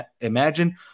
imagine